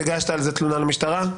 הגשת על זה תלונה למשטרה?